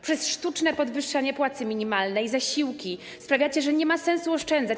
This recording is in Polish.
Przez sztuczne podwyższanie płacy minimalnej, zasiłki, sprawiacie, że nie ma sensu oszczędzać.